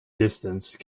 distance